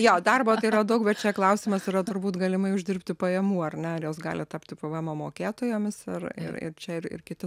jo darbo tai yra daug bet čia klausimas yra turbūt galimai uždirbti pajamų ar ne ar jos gali tapti pėvėemo mokėtojomis ir ir ir čia ir ir kiti